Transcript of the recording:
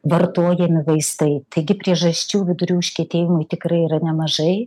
vartojami vaistai taigi priežasčių vidurių užkietėjimui tikrai yra nemažai